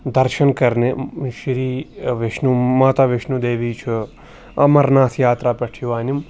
درشَن کَرنہِ شری وٮ۪شنو ماتا وٮ۪شنو دیوی چھُ امرناتھ یاترٛا پٮ۪ٹھ چھِ یِوان یِم